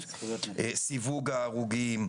סיווג ההרוגים,